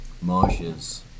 marshes